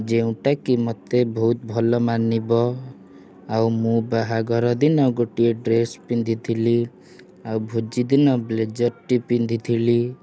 ଯେଉଁଟାକି ମୋତେ ବହୁତ ଭଲ ମାନିବ ଆଉ ମୁଁ ବାହାଘର ଦିନ ଗୋଟିଏ ଡ୍ରେସ୍ ପିନ୍ଧିଥିଲି ଆଉ ଭୋଜିଦିନ ବ୍ଲେଜର୍ଟି ପିନ୍ଧିଥିଲି